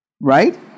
Right